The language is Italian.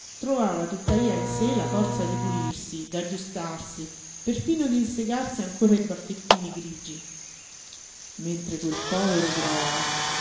trovava tuttavia in sé la forza di pulirsi d'aggiustarsi perfino d'insegarsi ancora i baffettini grigi mentre quel povero groa